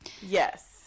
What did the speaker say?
Yes